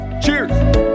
Cheers